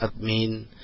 admin